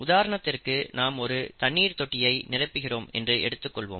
உதாரணத்திற்கு நாம் ஒரு தண்ணீர் தொட்டியை நிரப்புகிறோம் என்று எடுத்துக் கொள்கிறோம்